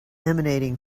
emanating